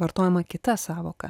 vartojama kita sąvoka